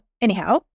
anyhow